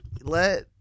Let